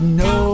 no